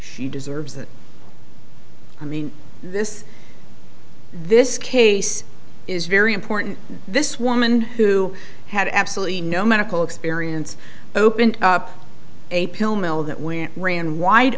she deserves that i mean this this case is very important this woman who had absolutely no medical experience opened up a pill mill that when ran wide